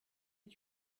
est